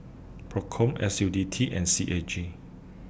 PROCOM S U T D and C A G